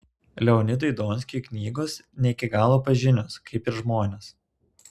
leonidui donskiui knygos ne iki galo pažinios kaip ir žmonės